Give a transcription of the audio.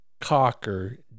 Cocker